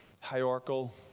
hierarchical